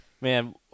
Man